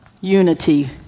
unity